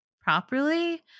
properly